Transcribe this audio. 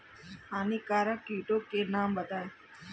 हानिकारक कीटों के नाम बताएँ?